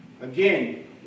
Again